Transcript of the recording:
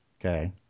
okay